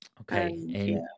Okay